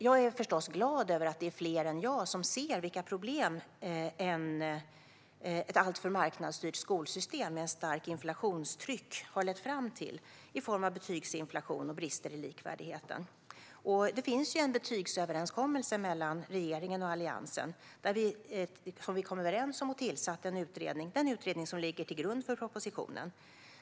Jag är förstås glad över att det är fler än jag som ser vilka problem ett alltför marknadsstyrt skolsystem, med ett starkt inflationstryck, har lett fram till i form av betygsinflation och brister i likvärdigheten. Det finns en betygsöverenskommelse mellan regeringen och Alliansen. Vi tillsatte den utredning som ligger till grund för propositionen.